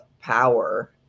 Power